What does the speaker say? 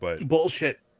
Bullshit